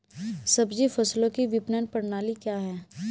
सब्जी फसलों की विपणन प्रणाली क्या है?